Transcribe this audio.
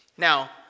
Now